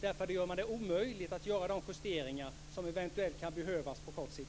Då blir det omöjligt att göra de justeringar som eventuellt kan behövas på kort sikt.